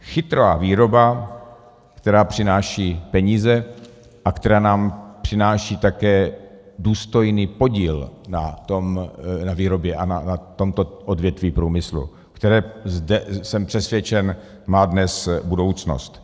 Chytrá výroba, která přináší peníze a která nám přináší také důstojný podíl na výrobě a na tomto odvětví průmyslu, které jsem přesvědčen má dnes budoucnost.